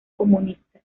comunista